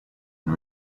and